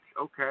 Okay